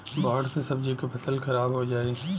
बाढ़ से सब्जी क फसल खराब हो जाई